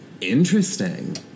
Interesting